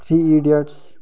three idiots